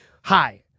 Hi